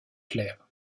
clair